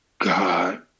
God